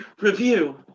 review